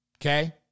okay